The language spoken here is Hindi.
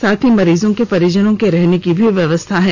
साथ ही मरीजों के परिजनों के रहने की भी व्यवस्था है